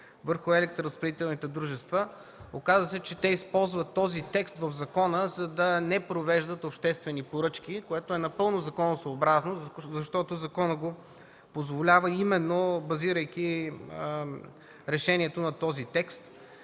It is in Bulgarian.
върху електроразпределителните дружества. Оказа се, че те използват този текст в закона, за да не провеждат обществени поръчки, което е напълно законосъобразно, защото законът го позволява именно, базирайки решението на този текст.